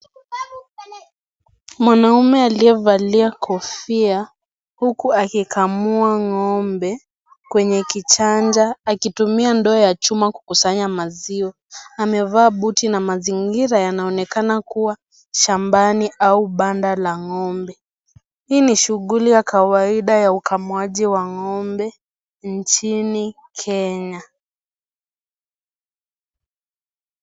Mwanaume aliyevalia kofia huku akikamua ng'ombe kwenye kichanja akitumia ndoo ya chuma kukusanya maziwa, amevaa buti na mazingira yanaonekana kuwa shambani au banda la ng'ombe. Hii ni shughuli ya kawaida ya ukamuaji wa ng'ombe nchini Kenya.